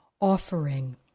offering